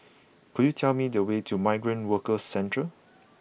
could you tell me the way to Migrant Workers Centre